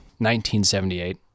1978